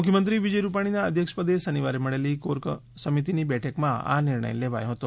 મુખ્યમંત્રી વિજય રૂપાણીના અધ્યક્ષપદે શનિવારે મળેલી કોર સમિતીની બેઠકમાં આ નિર્ણય લેવાયો હતો